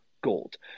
gold